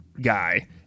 guy